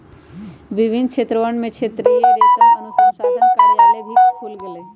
विभिन्न क्षेत्रवन में क्षेत्रीय रेशम अनुसंधान कार्यालय भी खुल्ल हई